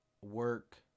work